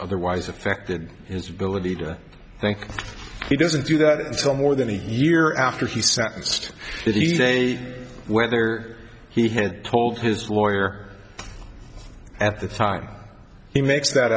otherwise affected his ability to think he doesn't do that so more than a year after he sentenced did he say whether he had told his lawyer at the time he makes that